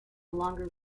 longer